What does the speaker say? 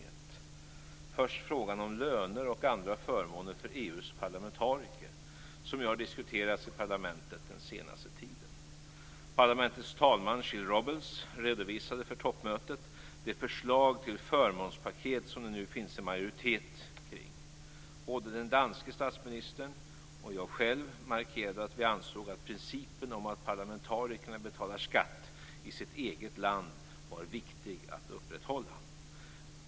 Först gäller det frågan om löner och andra förmåner för EU:s parlamentariker som ju har diskuterats i parlamentet under den senaste tiden. Parlamentets talman José Maria Gil-Robles redovisade för toppmötet det förslag till förmånspaket som det nu finns en majoritet kring. Både den danske statsministern och jag själv markerade att vi ansåg att principen om att parlamentarikerna betalar skatt i sitt eget land var viktig att upprätthålla.